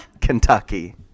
Kentucky